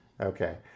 okay